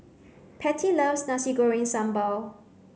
Pattie loves nasi goreng sambal